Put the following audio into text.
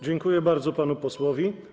Dziękuję bardzo panu posłowi.